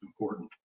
important